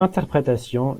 interprétation